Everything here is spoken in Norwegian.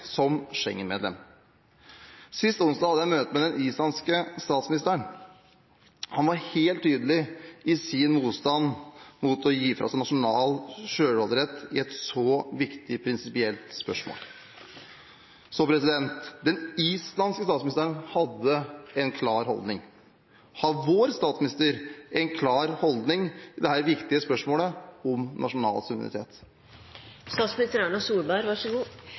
som Schengen-medlem. Sist onsdag hadde jeg møte med den islandske statsministeren. Han var helt tydelig i sin motstand mot å gi fra seg nasjonal selvråderett i et så viktig prinsipielt spørsmål. Den islandske statsministeren hadde en klar holdning. Har vår statsminister en klar holdning i dette viktige spørsmålet om nasjonal